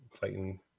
fighting